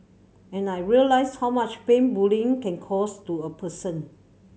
and I realised how much pain bullying can cause to a person